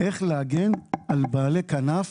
איך להגן על בעלי כנף